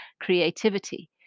creativity